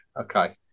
okay